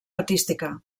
artística